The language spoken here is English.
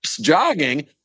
jogging